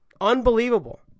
Unbelievable